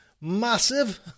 massive